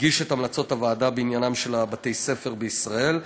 הגיש את המלצות הוועדה בעניינם של בתי-הספר בישראל.